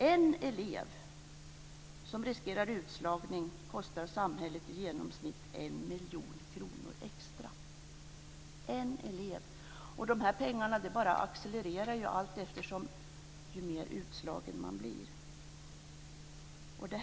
En elev som riskerar utslagning kostar samhället i genomsnitt en miljon kronor extra, och pengarna bara accelererar ju mer utslagen man blir.